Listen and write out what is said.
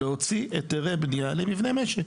להוציא היתרי בנייה למבנה משק.